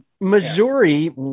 Missouri